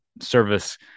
service